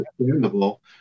understandable